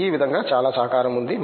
ఈ విధంగా చాలా సహకారం ఉంది